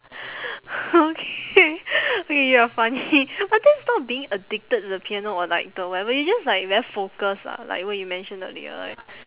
okay okay you're funny but that's not being addicted to the piano or like to whatever you're just like very focused ah like what you mentioned earlier like